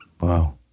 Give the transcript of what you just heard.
Wow